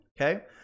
okay